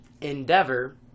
Endeavor